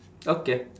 okay